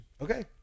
okay